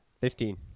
Fifteen